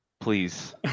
Please